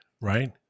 Right